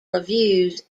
reviews